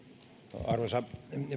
arvoisa